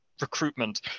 recruitment